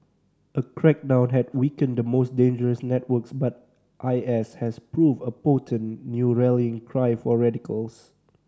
a crackdown had weakened the most dangerous networks but I S has proved a potent new rallying cry for radicals